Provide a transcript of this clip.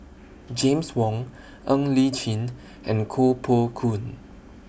James Wong Ng Li Chin and Koh Poh Koon